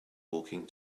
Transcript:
walking